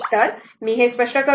तर मी हे स्पष्ट करतो